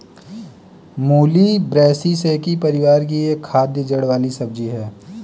मूली ब्रैसिसेकी परिवार की एक खाद्य जड़ वाली सब्जी है